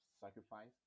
sacrifice